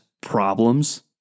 problems